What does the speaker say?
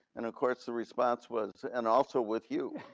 and of course, the response was, and also with you.